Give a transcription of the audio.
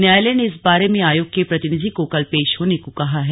न्यायालय ने इस बारे में आयोग के प्रतिनिधि को कल पेश होने को कहा है